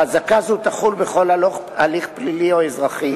חזקה זו תחול בכל הליך פלילי או אזרחי